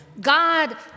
God